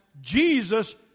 Jesus